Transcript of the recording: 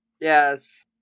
Yes